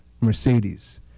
Mercedes